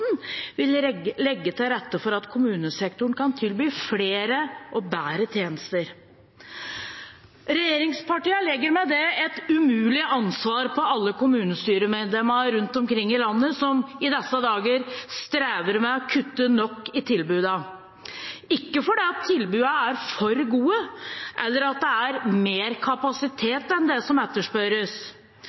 vil legge til rette for at kommunesektoren kan tilby flere og bedre tjenester. Regjeringspartiene legger med det et umulig ansvar på alle kommunestyremedlemmene rundt omkring i landet som i disse dager strever med å kutte nok i tilbudene, og ikke fordi tilbudene er for gode, eller at det er mer kapasitet enn det som etterspørres.